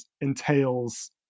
entails